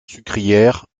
sucrière